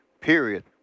period